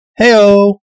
Heyo